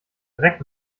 dreck